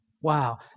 Wow